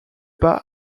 pas